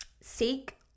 seek